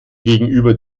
gegenüber